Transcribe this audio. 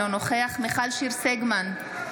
אינו נוכח מיכל שיר סגמן,